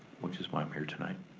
which is why i'm here tonight.